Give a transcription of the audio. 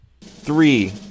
three